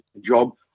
job